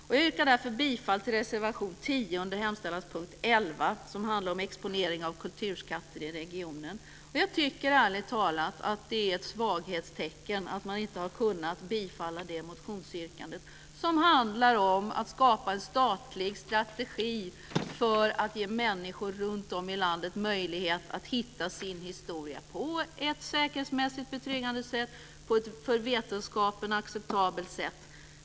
Jag yrkar därför bifall till reservation 10 under punkt 11, som handlar om exponering av kulturskatter i regionen. Jag tycker ärligt talat att det är ett svaghetstecken att man inte har kunnat bifalla det motionsyrkandet, som handlar om att skapa en statlig strategi för att ge människor runtom i landet möjlighet att hitta sin historia på ett säkerhetsmässigt betryggande och för vetenskapen acceptabelt sätt.